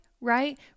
right